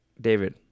David